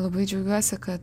labai džiaugiuosi kad